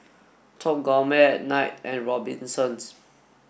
Top Gourmet Knight and Robinsons